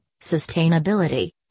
sustainability